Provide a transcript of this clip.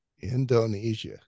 Indonesia